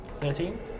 Thirteen